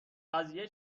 قضیه